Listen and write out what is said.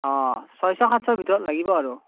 অঁ ছয়শ সাতশৰ ভিতৰত লাগিব আৰু